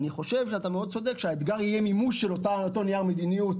אתה מאוד צודק שהאתגר יהיה מימוש של אותו נייר מדיניות